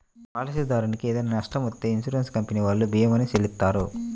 పాలసీదారునికి ఏదైనా నష్టం వత్తే ఇన్సూరెన్స్ కంపెనీ వాళ్ళు భీమాని చెల్లిత్తారు